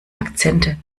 akzente